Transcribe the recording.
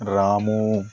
రాము